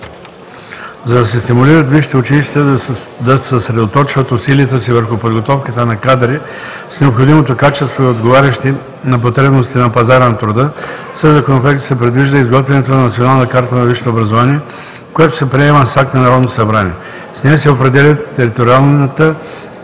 За да се стимулират висшите училища да съсредоточат усилията си върху подготовката на кадри с необходимото качество и отговарящи на потребностите на пазара на труда, със Законопроекта се предвижда изготвянето на Национална карта на висшето образование, която се приема с акт на Народното събрание. С нея се определят териториалната